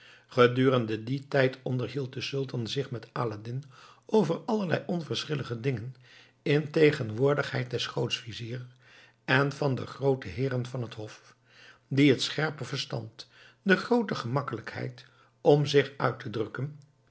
gedurende dien tijd onderhield de sultan zich met aladdin over allerlei onverschillige dingen in tegenwoordigheid des grootviziers en van de groote heeren van het hof die het scherpe verstand de groote gemakkelijkheid om zich uit te drukken